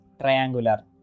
triangular